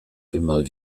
immer